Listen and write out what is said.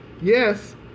Yes